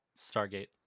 Stargate